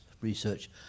research